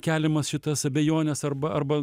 keliamas šitas abejones arba arba